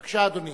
בבקשה, אדוני,